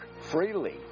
freely